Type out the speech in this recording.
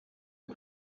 est